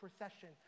procession